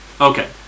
okay